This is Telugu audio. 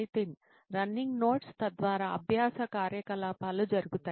నితిన్ రన్నింగ్ నోట్స్ తద్వారా అభ్యాస కార్యకలాపాలు జరుగుతాయి